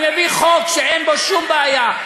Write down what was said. אני מביא חוק שאין בו שום בעיה.